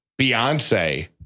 Beyonce